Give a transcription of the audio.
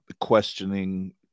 Questioning